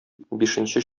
бишенче